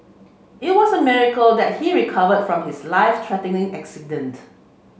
it was a miracle that he recovered from his life threatening accident